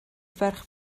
ferch